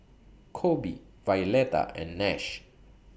Coby Violeta and Nash